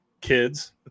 kids